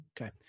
Okay